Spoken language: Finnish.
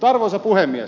arvoisa puhemies